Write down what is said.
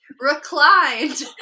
reclined